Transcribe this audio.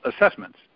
assessments